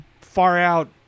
far-out